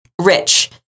rich